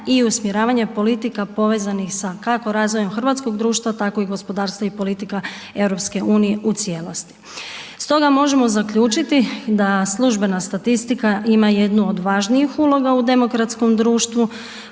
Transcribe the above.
i usmjeravanje politika povezanih sa, kako razvojem hrvatskog društva, tako i gospodarstva i politika EU u cijelosti. Stoga možemo zaključiti da službena statistika ima jednu od važnijih uloga u demokratskom društvu